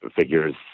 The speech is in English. figures